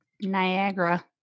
Niagara